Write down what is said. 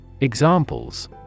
Examples